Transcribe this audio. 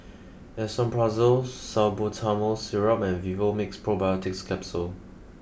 Esomeprazole Salbutamol Syrup and Vivomixx Probiotics Capsule